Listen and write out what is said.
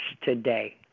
today